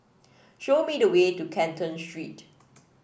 show me the way to Canton Street